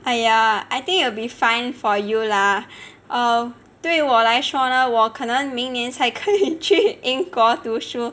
!aiya! I think it'll be fun for you lah err 对我来说呢我可能明年才可以去英国读书